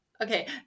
okay